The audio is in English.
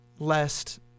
lest